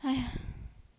!haiya!